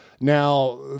Now